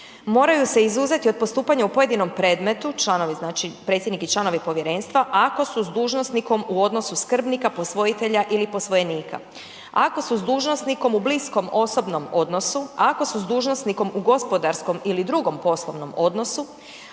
Moraju se izuzeti od postupanja u pojedinom predmetu, predsjednik i članovi povjerenstva, ako su s dužnosnikom u odnosu skrbnika, posvojitelja ili posvojenika, ako su s dužnosnikom u bliskom osobnom odnosu, ako su s dužnosnikom u gospodarskom ili drugom poslovnom odnosu,